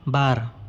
बार